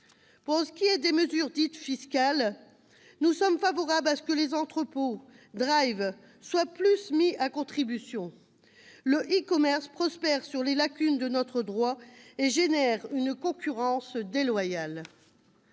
Pour ce qui est des mesures dites « fiscales », nous sommes favorables à ce que les entrepôts et soient davantage mis à contribution. Le e-commerce prospère sur les lacunes de notre droit et crée une concurrence déloyale.